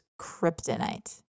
kryptonite